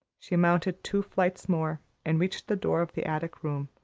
she mounted two flights more, and reached the door of the attic room,